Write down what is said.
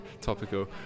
topical